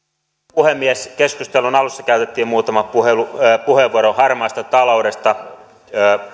puhemies keskustelun alussa käytettiin muutama puheenvuoro harmaasta taloudesta